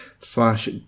Slash